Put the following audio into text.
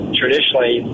traditionally